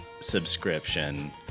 Subscription